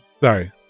Sorry